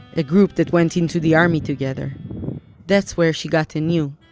a group that went into the army together that's where she got a new,